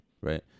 right